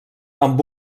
amb